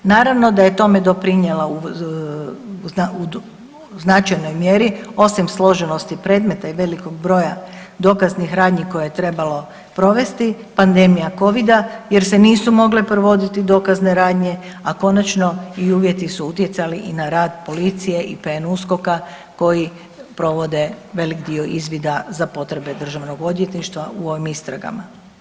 Naravno da je tome doprinijela u značajnoj mjeri osim složenosti predmeta i velikog broja dokaznih radnji koje je trebalo provesti pandemija Covida jer se nisu mogle provoditi dokazne radnje, a konačno i uvjeti su utjecali i na rad policije i PNUSKOK-a koji provode velik dio izvida za potrebe državnog odvjetništva u ovim istragama.